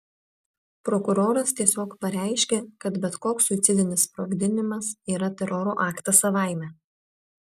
prokuroras tiesiog pareiškė kad bet koks suicidinis sprogdinimas yra teroro aktas savaime